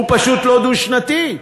הוא פשוט לא דו-שנתי.